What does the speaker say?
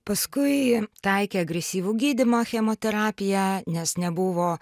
paskui taikė agresyvų gydymą chemoterapiją nes nebuvo